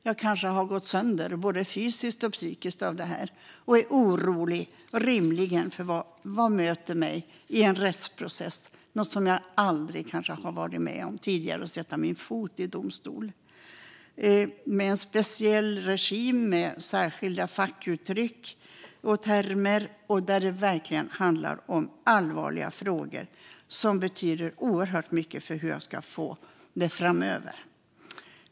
Jag kanske har gått sönder både fysiskt och psykiskt av det här, och jag är rimligen orolig för vad som möter mig i en rättsprocess. Jag har kanske aldrig tidigare varit med om att sätta min fot i en domstol, där det råder en speciell regim med särskilda fackuttryck och termer. Det handlar verkligen om allvarliga frågor som betyder oerhört mycket för hur jag ska få det framöver.